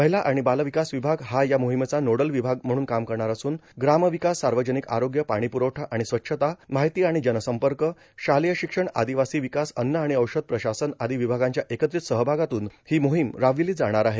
महिला आणि बालविकास विभाग हा या मोहिमेचा नोडल विभाग म्हणून काम करणाऱ असून ग्रामविकास सार्वजनिक आरोग्य पाणीपूरवठा आणि स्वच्छता माहिती आणि जनसंपर्क शालेय शिक्षण आदिवासी विकास अन्न आणि औषध प्रशासन आदी विभागांच्या एकत्रीत सहभागातून ही मोहीम राबविली जाणार आहे